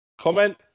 Comment